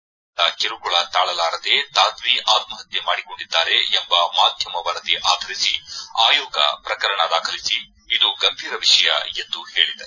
ಹಿರಿಯ ವಿದ್ಯಾರ್ಥಿಗಳ ಕಿರುಕುಳ ತಾಳಲಾರದೇ ತಾದ್ವಿ ಆತ್ಮಹತ್ಲೆ ಮಾಡಿಕೊಂಡಿದ್ದಾರೆ ಎಂಬ ಮಾಧ್ಯಮ ವರದಿ ಆಧರಿಸಿ ಆಯೋಗ ಪ್ರಕರಣ ದಾಖಲಿಸಿ ಇದು ಗಂಭೀರ ವಿಷಯ ಎಂದು ಹೇಳಿದೆ